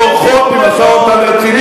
הוליכו אותנו שולל ממשלות שבורחות ממשא-ומתן רציני